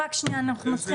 אנחנו נמצאים